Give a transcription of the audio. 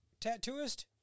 tattooist